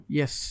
yes